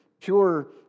pure